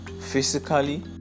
physically